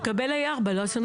הוא יקבל א5.